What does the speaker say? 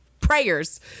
prayers